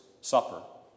supper